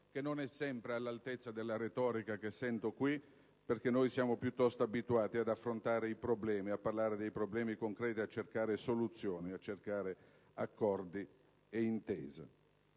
che non è sempre all'altezza della retorica che sento qui perché noi siamo piuttosto abituati ad affrontare i problemi, a parlare dei problemi concreti ed a cercare soluzioni, accordi ed intese.